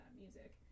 music